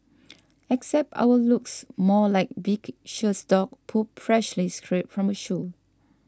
except ours looks more like viscous dog poop freshly scraped from a shoe